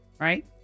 right